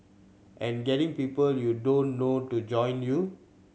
and getting people you don't know to join you